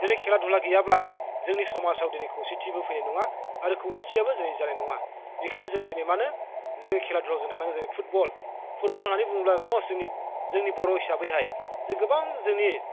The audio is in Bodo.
दिनै खेला दुला गैयाब्ला जोंनि समाजाव दिनै खौसेथिबो फैनाय नङा आरो खौसेथियाबो जोंनि जानाय नङा बेखायनो जोङो दिनै मानो जोङो खेला दुलायाव जों थांनांगोन जेरै फुटबल होन्नानै बुङोब्ला जोंनि मस्ट जोंनि बर' हिसाबैहाय जों गोबां जोंनि